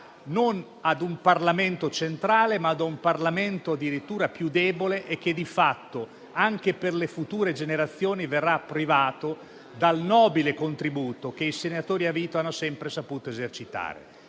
a un Parlamento non centrale, ma addirittura più debole, che di fatto anche per le future generazioni verrà privato del nobile contributo che i senatori a vita hanno sempre saputo apportare.